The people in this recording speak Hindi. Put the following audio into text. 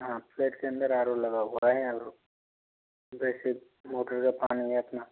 हाँ फ्लैट के अंदर आर ओ लगा हुआ है और वैसे मोटर का पानी है अपना